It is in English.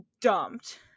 dumped